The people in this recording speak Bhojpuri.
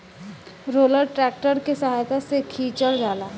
रोलर ट्रैक्टर के सहायता से खिचल जाला